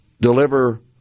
deliver